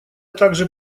также